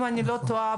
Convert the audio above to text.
אם אני לא טועה,